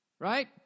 Right